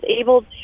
able